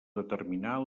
determinar